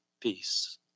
peace